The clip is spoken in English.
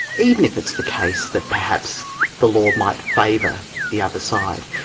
even if it's the case that perhaps the law might favour the other side,